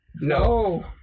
No